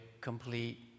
complete